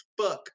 fuck